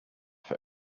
for